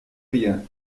rien